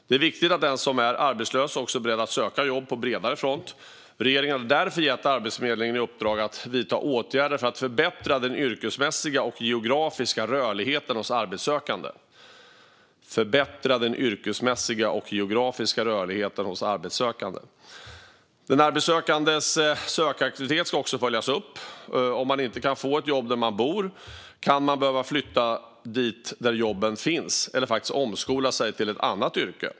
Det är viktigt att den som är arbetslös också är beredd att söka jobb på bredare front. Regeringen har därför gett Arbetsförmedlingen i uppdrag att vidta åtgärder för att förbättra den yrkesmässiga och geografiska rörligheten hos arbetssökande. Den arbetssökandes sökaktivitet ska också följas upp. Om man inte kan få jobb där man bor kan man behöva flytta dit där jobben finns eller omskola sig till ett annat yrke.